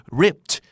ripped